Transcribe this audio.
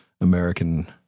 American